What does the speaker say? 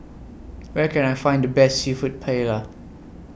Where Can I Find The Best Seafood Paella